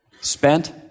spent